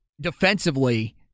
defensively